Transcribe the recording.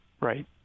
right